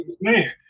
man